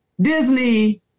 Disney